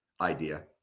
idea